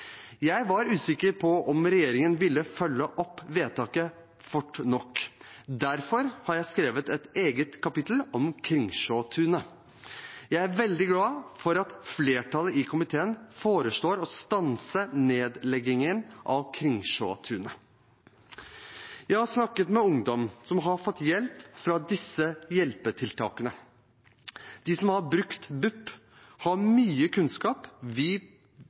Jeg var usikker på om regjeringen ville følge opp vedtaket fort nok. Derfor har jeg skrevet et eget kapittel om Kringsjåtunet. Jeg er veldig glad for at flertallet i komiteen foreslår å stanse nedleggingen av Kringsjåtunet. Jeg har snakket med ungdom som har fått hjelp fra disse hjelpetiltakene. De som har brukt BUP, har mye kunnskap som vi